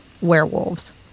werewolves